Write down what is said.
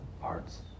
hearts